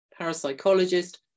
parapsychologist